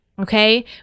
Okay